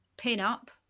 pin-up